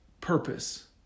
purpose